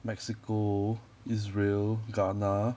mexico israel ghana